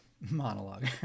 monologue